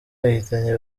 yahitanye